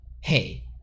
Hey